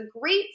great